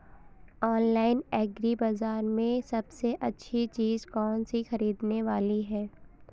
Online agri बाजार में सबसे अच्छी चीज कौन सी ख़रीदने वाली है?